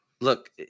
Look